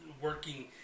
working